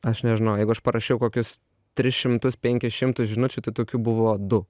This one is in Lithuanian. aš nežinau jeigu aš parašiau kokius tris šimtus penkis šimtus žinučių tai tokių buvo du